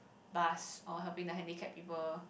bus or helping the handicap people